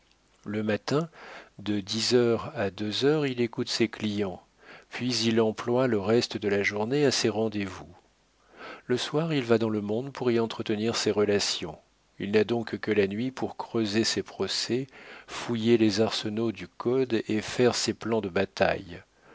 le matin de dix heures à deux heures il écoute ses clients puis il emploie le reste de la journée à ses rendez-vous le soir il va dans le monde pour y entretenir ses relations il n'a donc que la nuit pour creuser ses procès fouiller les arsenaux du code et faire ses plans de bataille